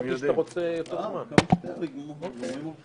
הישיבה ננעלה